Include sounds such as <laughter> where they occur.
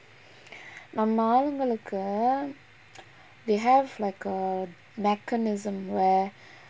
<breath> நம்ம ஆளுங்களுக்கு:namma aalungalukku they have like a mechanism where